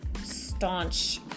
staunch